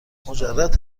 مجرد